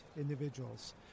individuals